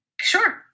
sure